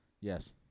Yes